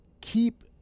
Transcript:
keep